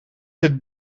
het